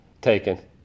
taken